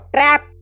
Trap